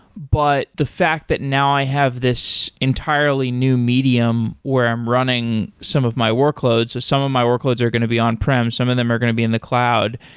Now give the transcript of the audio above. but the fact that now i have this entirely new medium where i'm running some of my workloads, so some of my workloads are going to be on prem, some of them are going to be in the cloud.